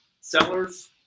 sellers